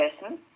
person